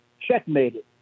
checkmated